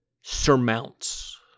surmounts